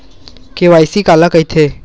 KYC काला कइथे?